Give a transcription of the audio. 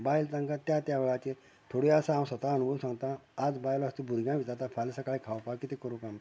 बायल तांकां त्या त्या वेळाचेर थोड्यो आसा हांव स्वता अणभवून सांगतां आज बायल आसा ती भुरग्यांक विचारता फाल्यां सकाळीं खावपा कितें करूं काय म्हूण त्या प्रमाणे करून जाता तितल्या प्रयत्नांत